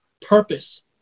purpose